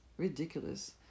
Ridiculous